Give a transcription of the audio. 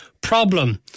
problem